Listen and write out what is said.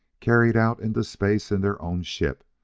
carried out into space in their own ship,